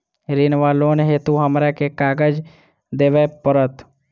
ऋण वा लोन हेतु हमरा केँ कागज देबै पड़त?